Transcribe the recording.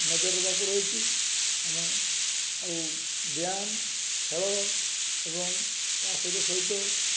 ନଜର ରହିଛି ଆମେ ଆଉ ବ୍ୟାୟାମ ଖେଳ ଏବଂ ତା ସହିତ ସହିତ